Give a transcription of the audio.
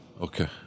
Okay